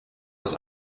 aus